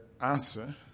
answer